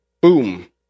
boom